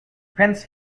prince